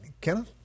Kenneth